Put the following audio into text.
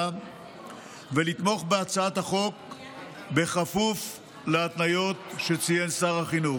ולתמוך בהצעת החוק בכפוף להתניות שציין שר החינוך.